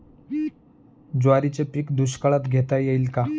ज्वारीचे पीक दुष्काळात घेता येईल का?